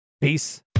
Peace